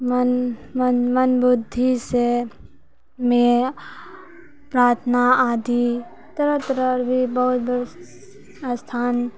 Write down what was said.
मन मन मन बुद्धिसँ मे प्रार्थना आदि तरह तरहके आओर भी बहुत बहुत स्थान